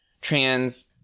trans